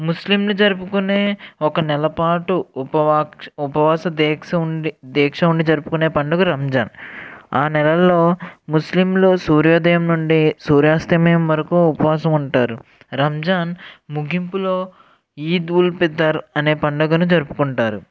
ముస్లింలు జరుపుకునే ఒక నెలపాటు ఉపవాస దీక్ష ఉండి దీక్ష ఉండి జరుపుకునే పండుగ రంజాన్ ఆ నెలలో ముస్లింలు సూర్యోదయం నుండి సూర్యాస్తమయం వరకు ఉపవాసం ఉంటారు రంజాన్ ముగింపులో ఈద్ ఉల్ ఫితర్ అనే పండుగను జరుపుకుంటారు